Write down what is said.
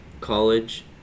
college